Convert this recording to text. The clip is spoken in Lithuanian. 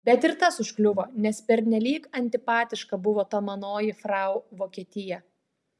bet ir tas užkliuvo nes pernelyg antipatiška buvo ta manoji frau vokietija